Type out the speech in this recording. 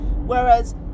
Whereas